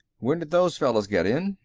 when did those fellows get in?